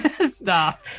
stop